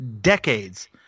decades